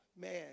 man